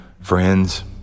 friends